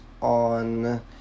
on